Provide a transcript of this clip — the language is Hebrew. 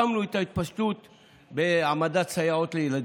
ובאופן שמקובל על רוב ככל רבני ישראל הממשיכים את מסורת אבותינו.